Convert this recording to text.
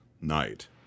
Night